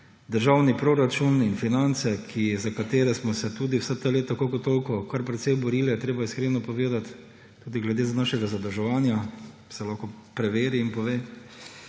državni proračun in finance, za katere smo se tudi vsa ta leta koliko toliko kar precej borili, treba je iskreno povedati tudi glede našega zadolževanja, se lahko preveri in pove,